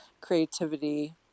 creativity